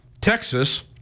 Texas